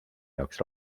jaoks